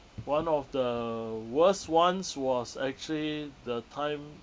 one of the worst ones was actually the time